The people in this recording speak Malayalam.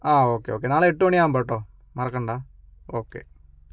ആ ഓക്കേ ഓക്കേ നാളെ എട്ട് മണി ആകുമ്പോൾ കേട്ടോ മറക്കണ്ട ഓക്കേ